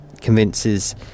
convinces